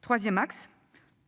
Troisième axe,